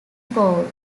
bowl